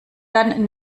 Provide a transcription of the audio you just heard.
dann